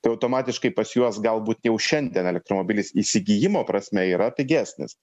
tai automatiškai pas juos galbūt jau šiandien elektromobilis įsigijimo prasme yra pigesnis